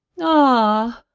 ah,